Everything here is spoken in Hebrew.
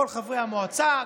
כל חברי המועצה,